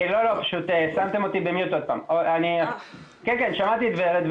2021-2020. שמעתי את ורד.